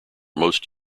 most